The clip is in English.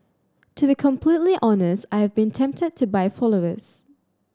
to be completely honest I have been tempted to buy followers